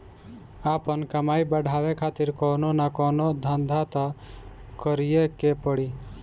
आपन कमाई बढ़ावे खातिर कवनो न कवनो धंधा तअ करीए के पड़ी